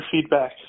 feedback